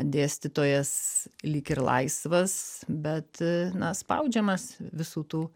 dėstytojas lyg ir laisvas bet na spaudžiamas visų tų